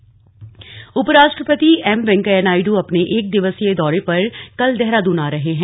उपराष्ट्रपति उपराष्ट्रपति एम वेंकैया नायड् अपने एक दिवसीय दौरे पर कल देहरादून आ रहे हैं